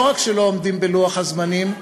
לא רק שלא עומדים בלוח הזמנים,